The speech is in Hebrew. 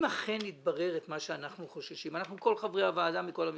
אם אכן יתברר מה שאנחנו חוששים כל חברי הוועדה מכל המפלגות,